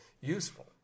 useful